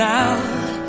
out